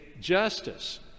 justice